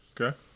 okay